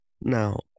Now